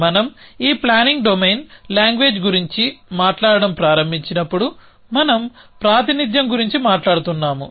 మనం ఈ planning domain language గురించి మాట్లాడటం ప్రారంభించినప్పుడు మనం ప్రాతినిధ్యం గురించి మాట్లాడుతున్నాము